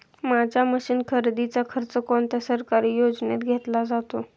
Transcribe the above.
माझ्या मशीन खरेदीचा खर्च कोणत्या सरकारी योजनेत घेतला जातो?